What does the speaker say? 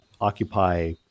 occupy